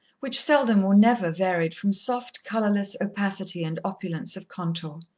which seldom or never varied from soft, colourless opacity and opulence of contour.